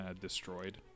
destroyed